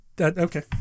Okay